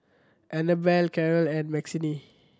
Annabelle Caryl and Maxine